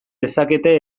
dezakete